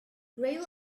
gravel